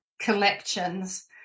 collections